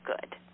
good